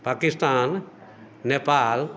Pakistan Nepal